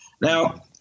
Now